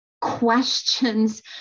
questions